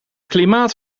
klimaat